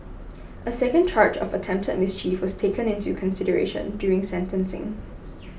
a second charge of attempted mischief was taken into consideration during sentencing